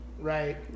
right